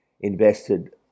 invested